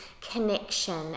connection